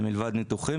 מלבד ניתוחים,